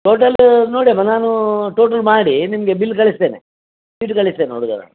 total ನೋಡಿ ಅಮ್ಮ ನಾನು ಟೋಟಲ್ ಮಾಡಿ ನಿಮಗೆ ಬಿಲ್ ಕಳಿಸ್ತೇನೆ ಚೀಟಿ ಕಳಿಸ್ತೇನೆ ಹುಡುಗರ